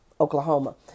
Oklahoma